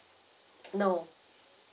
no